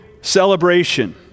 celebration